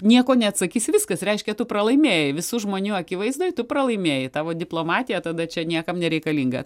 nieko neatsakys viskas reiškia tu pralaimėjai visų žmonių akivaizdoj tu pralaimėjai tavo diplomatija tada čia niekam nereikalinga